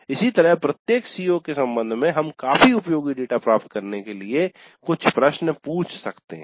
इसी तरह प्रत्येक CO के संबंध में हम काफी उपयोगी डेटा प्राप्त करने के लिए कुछ प्रश्न पूछ सकते हैं